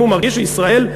אם הוא מרגיש שישראל,